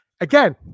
Again